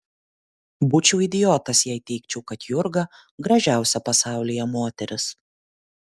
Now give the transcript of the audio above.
būčiau idiotas jei teigčiau kad jurga gražiausia pasaulyje moteris